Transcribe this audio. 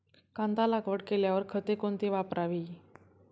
कांदा लागवड केल्यावर खते कोणती वापरावी?